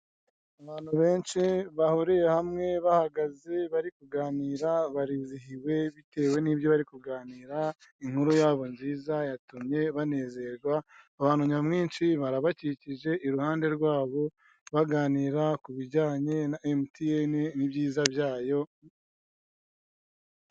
Abantu benshi bahuriye hamwe bahagaze bari kuganira barizihiwe bitewe nibyo bari kuganira inkuru yabo nziza yatumye banezerwa, abantu nyamwinshi barabakikije iruhande rwabo baganira ku bijyanye na emutiyeni n'ibyiza byayo.